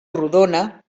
rodona